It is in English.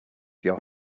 your